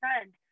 friends